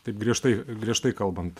taip griežtai griežtai kalbant